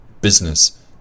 business